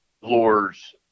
lures